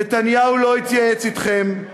נתניהו לא התייעץ אתכם,